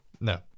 No